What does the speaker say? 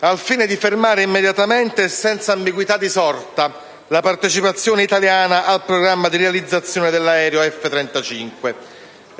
al fine di fermare immediatamente e senza ambiguità di sorta la partecipazione italiana al programma di realizzazione dell'aereo F-35.